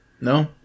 No